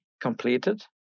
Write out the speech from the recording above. completed